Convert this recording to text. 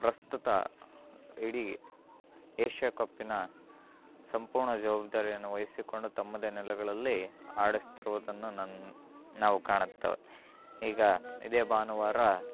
ಪ್ರಸ್ತುತ ಇಡೀ ಏಷ್ಯಾ ಕಪ್ಪಿನ ಸಂಪೂರ್ಣ ಜವಾಬ್ದಾರಿಯನ್ನು ವಹಿಸಿಕೊಂಡು ತಮ್ಮದೇ ನೆಲಗಳಲ್ಲಿ ಆಡಿಸ್ತಿರುವುದನ್ನು ನಾನು ನಾವು ಕಾಣುತ್ತೇವೆ ಈಗ ಇದೇ ಭಾನುವಾರ